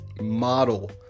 model